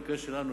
במקרה שלנו,